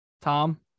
Tom